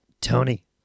Tony